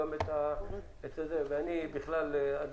אני בכלל הייתי חושב פעמים אם להעלות